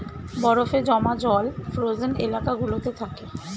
বরফে জমা জল ফ্রোজেন এলাকা গুলোতে থাকে